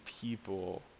people